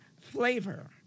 flavor